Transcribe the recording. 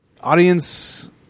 audience